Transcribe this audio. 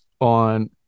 on